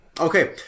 Okay